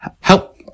Help